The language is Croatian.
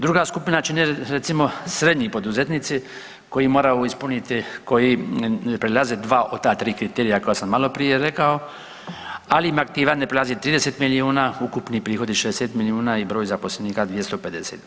Druga skupina čine, recimo srednji poduzetnici koji moraju ispuniti, koji prelaze 2 od ta 3 kriterija koja sam maloprije rekao, ali im aktiva ne prelazi 30 milijuna, ukupni prihodi 60 milijuna i broj zaposlenika 250.